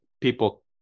People